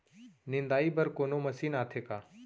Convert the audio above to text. निंदाई बर कोनो मशीन आथे का?